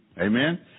Amen